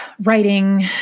writing